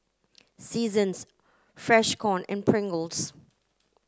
Seasons Freshkon and Pringles